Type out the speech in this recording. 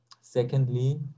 Secondly